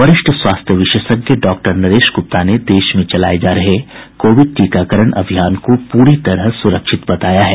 वरिष्ठ स्वास्थ्य विशेषज्ञ डॉक्टर नरेश गुप्ता ने देश में चलाये जा रहे कोविड टीकाकरण अभियान को पूरी तरह सुरक्षित बताया है